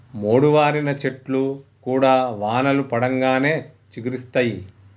మోడువారిన చెట్లు కూడా వానలు పడంగానే చిగురిస్తయి